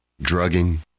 drugging